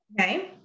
Okay